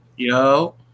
Yo